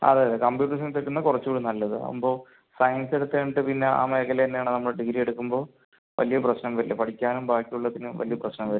അതെ അതെ computer science എടുക്കുന്ന കുറച്ച് കൂടി നല്ലത് അത് ആകുമ്പോൾ സയൻസ് എടുത്ത് കഴിഞ്ഞിട്ട് പിന്നെ ആ മേഖല തന്നെ ആണ് നമ്മള് ഡിഗ്രി എടുക്കുമ്പോൾ വലിയ പ്രശ്നം വരില്ല പഠിക്കാനും ബാക്കി ഉള്ളതിനും വലിയ പ്രശ്നം വരില്ല